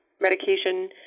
medication